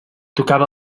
tocava